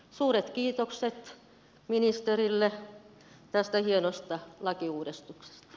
suuret kiitokset ministerille tästä hienosta lakiuudistuksesta